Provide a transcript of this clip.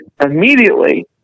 immediately